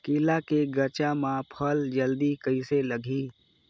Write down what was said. केला के गचा मां फल जल्दी कइसे लगही?